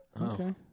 Okay